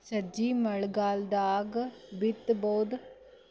ಸಜ್ಜಿ ಮಳಿಗಾಲ್ ದಾಗ್ ಬಿತಬೋದ?